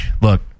look